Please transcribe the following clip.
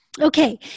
Okay